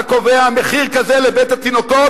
אתה קובע מחיר כזה לבית-התינוקות,